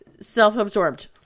self-absorbed